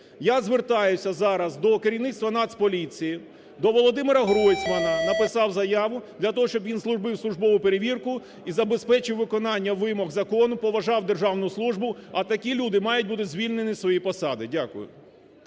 Я звертаюся зараз до керівництва Нацполіції, до Володимира Гройсмана написав заяву, для того щоб він зробив службову перевірку і забезпечив виконання вимог закону, поважав державну службу. А такі люди мають бути звільнені з своєї посади. Дякую.